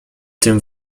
tym